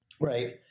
right